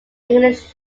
english